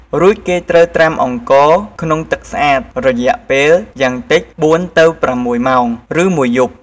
រួចគេត្រូវត្រាំអង្ករក្នុងទឹកស្អាតរយៈពេលយ៉ាងតិច ៤-៦ ម៉ោង ឬមួយយប់។